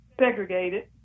Segregated